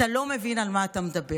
אתה לא מבין על מה אתה מדבר.